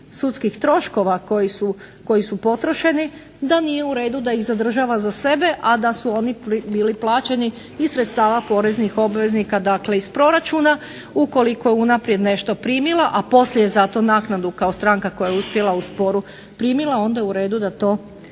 sudskih troškova koji su potrošeni da nije u redu da ih zadržava za sebe, a da su oni bili plaćeni iz sredstava poreznih obveznika, dakle iz proračuna, ukoliko je unaprijed nešto primila, a poslije je za to naknadu kao stranka koja je uspjela u sporu primila, onda je u redu da to se